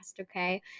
okay